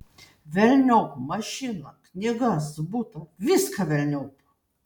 velniop mašiną knygas butą viską velniop